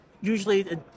usually